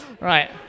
Right